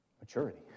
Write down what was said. maturity